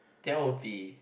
that'll be